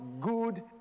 good